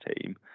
team